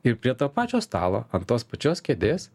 ir prie to pačio stalo ant tos pačios kėdės